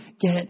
get